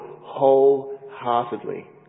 wholeheartedly